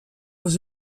aux